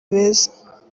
beza